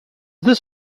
this